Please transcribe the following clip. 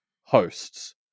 hosts